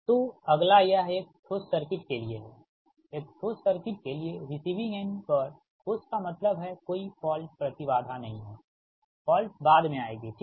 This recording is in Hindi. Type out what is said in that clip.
तो अगला यह एक ठोस शॉर्ट सर्किट के लिए है एक ठोस शॉर्ट सर्किट के लिए रिसीविंग एंड परठोस का मतलब है कोई फौल्ट प्रति बाधा नही हैफौल्ट बाद में आएगी ठीक